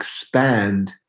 expand